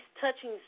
touching